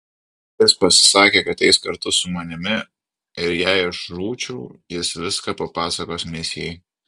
jis pasisakė kad eis kartu su manimi ir jei aš žūčiau jis viską papasakos misijai